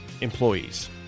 employees